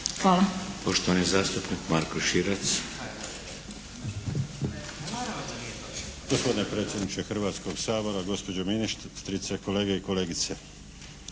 Marko Širac. **Širac, Marko (HDZ)** Gospodine predsjedniče Hrvatskog sabora, gospođo ministrice, kolege i kolegice.